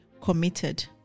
committed